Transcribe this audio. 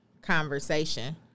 conversation